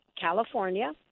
California